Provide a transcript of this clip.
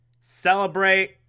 Celebrate